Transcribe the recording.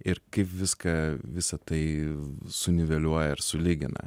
ir kaip viską visa tai suniveliuoja ir sulygina